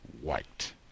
white